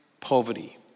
poverty